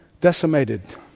decimated